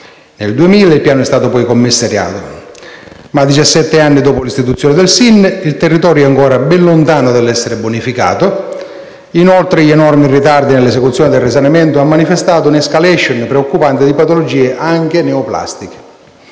Nel 2000 il piano è stato commissariato, ma 17 anni dopo l'istituzione del SIN il territorio è ancora ben lontano dall'essere bonificato. Oltre agli enormi ritardi nell'esecuzione del risanamento, si è manifestata un'*escalation* preoccupante di patologie anche neoplastiche.